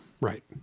Right